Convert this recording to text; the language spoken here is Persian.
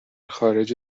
خارج